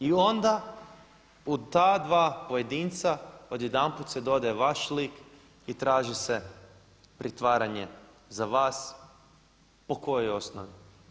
I onda u ta dva pojedinca odjedanput se dodaje vaš lik i traži se pritvaranje za vas po kojoj osnovi.